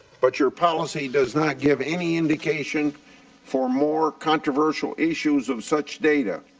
but your policy does not give any indication for more controversial issues of such data.